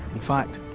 in fact,